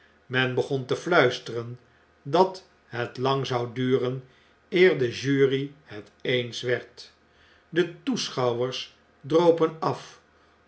men begon tefluisteren dat het lang zou duren eer de jury het eens werd de toeschouwers dropen af